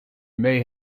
may